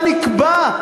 מה נקבע,